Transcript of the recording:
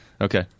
Okay